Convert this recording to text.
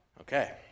Okay